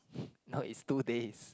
no it's two days